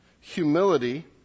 humility